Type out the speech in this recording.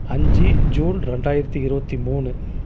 அஞ்சு ஜூன் ரெண்டாயிரத்தி இருபத்தி மூணு